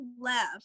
left